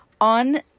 on